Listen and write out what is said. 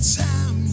time